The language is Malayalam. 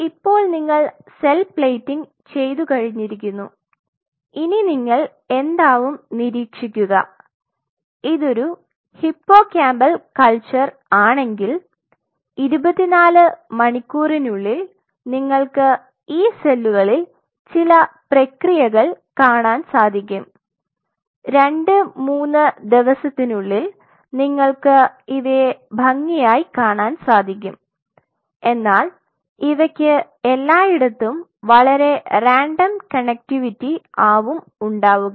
ഇപ്പോൾ നിങ്ങൾ സെൽ പ്ലേറ്റിംഗ് ചെയ്തു കഴിഞ്ഞിരിക്കുന്നു ഇനി നിങ്ങൾ എന്താവും നിരീക്ഷിക്കുക ഇതൊരു ഹിപ്പോകാമ്പൽ കൾച്ചർ ആണെങ്കിൽ 24 മണിക്കൂറിനുള്ളിൽ നിങ്ങൾക്ക് ഈ സെല്ലുകളിൽ ചില പ്രക്രിയകൾ കാണാൻ സാധിക്കും 23 ദിവസത്തിനുള്ളിൽ നിങ്ങൾക്ക് ഇവയെ ഭംഗിയായി കാണാൻ സാധിക്കും എന്നാൽ ഇവയ്ക്ക് എല്ലായിടത്തും വളരെ റാൻഡം കണക്റ്റിവിറ്റി ആവും ഉണ്ടാവുക